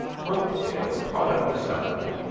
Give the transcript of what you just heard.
whelpdale caught up the celery,